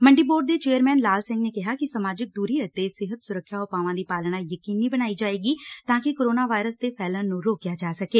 ਮੰਡੀ ਬੋਰਡ ਦੇ ਚੇਅਰਮੈਨ ਲਾਲ ਸਿੰਘ ਨੇ ਕਿਹਾ ਕਿ ਸਮਾਜਿਕ ਦੂਰੀ ਅਤੇ ਸਿਹਤ ਸੁਰੱਖਿਆ ਉਪਾਵਾਂ ਦੀ ਪਾਲਣਾ ਯਕੀਨੀ ਬਣਾਈ ਜਾਏਗੀ ਤਾਂ ਕਿ ਕੋਰੋਨਾ ਵਾਇਰਸ ਦੇ ਫੈਲਣ ਨੂੰ ਰੋਕਿਆ ਜਾ ਸਕੇ